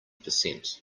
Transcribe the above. percent